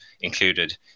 included